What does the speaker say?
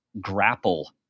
grapple